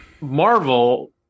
Marvel